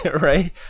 right